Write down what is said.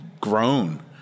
grown